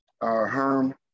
Herm